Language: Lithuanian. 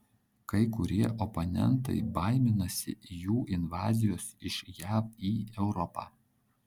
kai kurie oponentai baiminasi jų invazijos iš jav į europą